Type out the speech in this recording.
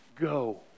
Go